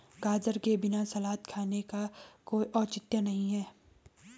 गाजर के बिना सलाद खाने का कोई औचित्य नहीं है